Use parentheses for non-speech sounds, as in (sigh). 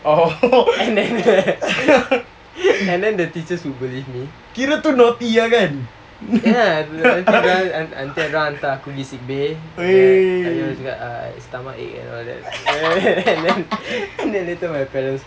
oh (laughs) kira tu naughty ah kan (laughs)